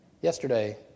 Yesterday